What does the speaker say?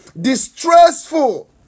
Distressful